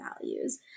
values